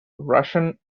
russian